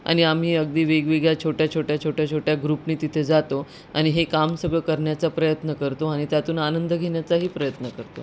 आणि आम्ही अगदी वगवेगळ्या छोट्या छोट्या छोट्या छोट्या ग्रुपनी तथे जातो आणि हे काम सगळं करण्याचा प्रयत्न करतो आणि त्यातून आनंद घेण्याचाही प्रयत्न करतो